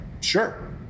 Sure